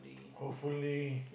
hopefully